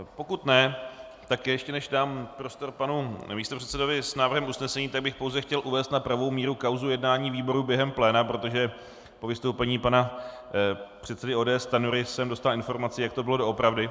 Pokud ne, tak ještě než dám prostor panu místopředsedovi s návrhem usnesení, tak bych pouze chtěl uvést na pravou míru kauzu jednání výboru během pléna, protože po vystoupení pana předsedy ODS Stanjury jsem dostal informaci, jak to bylo doopravdy.